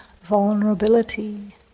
vulnerability